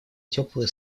теплые